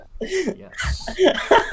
Yes